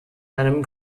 einem